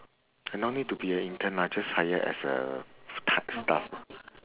no need to be an intern lah just hire as a full time staff